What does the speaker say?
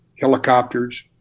helicopters